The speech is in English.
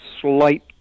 slight